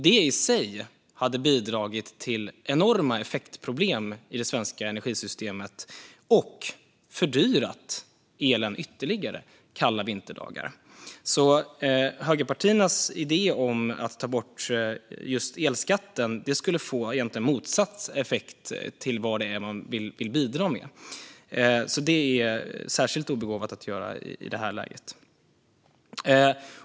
Det i sig skulle bidra till enorma effektproblem i det svenska energisystemet och fördyra elen ytterligare kalla vinterdagar. Högerpartiernas idé om att ta bort just elskatten skulle därför få motsatt effekt mot vad man vill bidra med, så det är särskilt obegåvat att göra detta i nuläget.